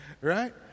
Right